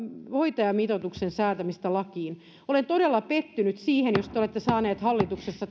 hoitajamitoituksen säätämistä lakiin olen todella pettynyt siihen jos te olette saanut hallituksessa